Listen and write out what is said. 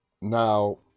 Now